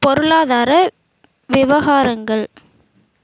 பொருளாதார விவகாரங்கள்